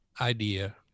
idea